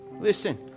Listen